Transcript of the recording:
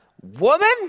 woman